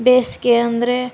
ಬೇಸಿಗೆ ಅಂದರೆ